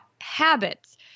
habits